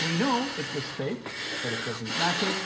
we know it was fake, but it doesn't matter